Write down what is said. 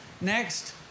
Next